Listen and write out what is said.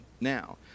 now